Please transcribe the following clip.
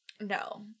No